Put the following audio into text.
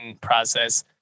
process